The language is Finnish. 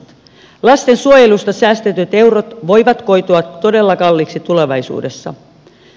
lastensuojelusta säästetyt eurot voivat koitua todella kalliiksi tulevaisuudessa